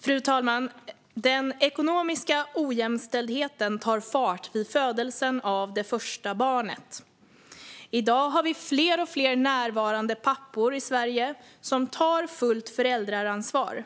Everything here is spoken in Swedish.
Fru talman! Den ekonomiska ojämställdheten tar fart vid födelsen av det första barnet. I dag har vi fler och fler närvarande pappor i Sverige som tar fullt föräldraansvar,